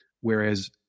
Whereas